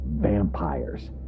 vampires